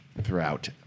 throughout